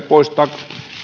poistaa